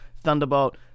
thunderbolt